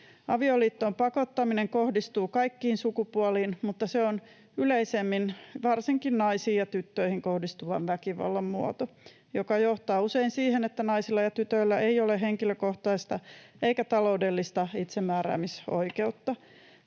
Avioliittoon pakottaminen kohdistuu kaikkiin sukupuoliin, mutta se on yleisemmin varsinkin naisiin ja tyttöihin kohdistuvan väkivallan muoto, joka johtaa usein siihen, että naisilla ja tytöillä ei ole henkilökohtaista eikä taloudellista itsemääräämisoikeutta.